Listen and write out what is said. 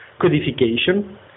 codification